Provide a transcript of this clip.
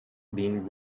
been